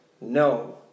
No